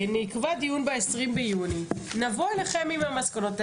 נקבע דיון ל-20.6 ונבוא אליכם עם המסקנות.